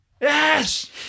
Yes